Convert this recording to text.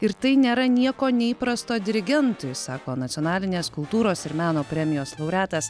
ir tai nėra nieko neįprasto dirigentui sako nacionalinės kultūros ir meno premijos laureatas